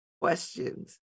questions